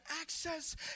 access